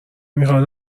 میخاد